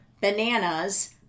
bananas